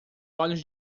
olhos